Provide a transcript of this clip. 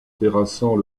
terrassant